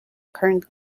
current